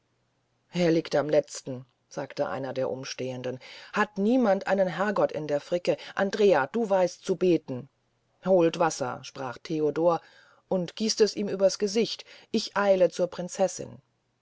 er liegt am letzten sagte einer von den umstehenden hat niemand einen herr gott in der ficke andrea du weist zu beten holt wasser sprach theodor und gießt es ihm übers gesicht ich eile zur prinzessin